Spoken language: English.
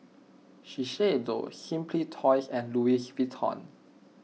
Shiseido Simply Toys and Louis Vuitton